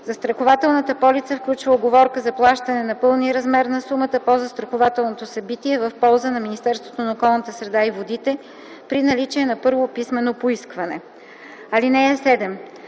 Застрахователната полица включва уговорка за плащане на пълния размер на сумата по застрахователното събитие в полза на Министерството на околната среда и водите при наличие на първо писмено поискване. (7)